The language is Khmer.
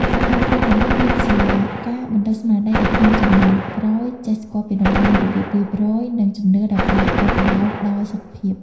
សកម្មភាពទាំងអស់នេះ គឺជាការបណ្តុះស្មារតីឱ្យក្មេងជំនាន់ក្រោយចេះស្គាល់ពីតម្លៃនៃរបៀបរៀបរយ និងជំនឿដែលផ្តល់ផលប្រយោជន៍ដល់សុខភាព។